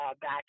back